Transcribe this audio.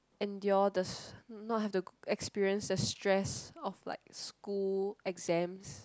endure the not have to experience the stress of like school exams